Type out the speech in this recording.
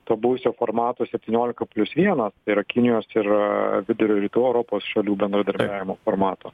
to buvusio formato septyniolika plius vienas yra kinijos ir vidurio ir rytų europos šalių bendradarbiavimo formato